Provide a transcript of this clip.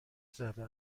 زده